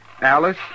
Alice